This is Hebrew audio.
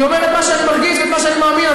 אני אומר את מה שאני מרגיש ואת מה שאני מאמין,